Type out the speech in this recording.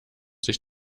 sich